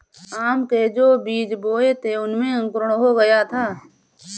आम के जो बीज बोए थे उनमें अंकुरण हो गया है